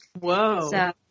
Whoa